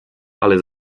ale